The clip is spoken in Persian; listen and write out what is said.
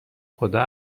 خدا